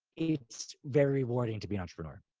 it's very rewarding to be an entrepreneur.